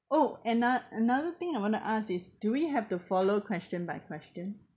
oh ano~ another thing I want to ask is do we have to follow question by question